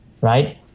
Right